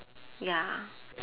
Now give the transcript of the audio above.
ya